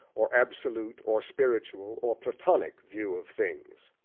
or absolute, or spiritual, or platonic, view of things.